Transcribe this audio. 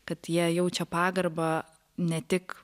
kad jie jaučia pagarbą ne tik